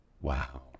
Wow